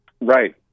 Right